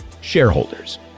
shareholders